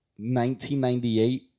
1998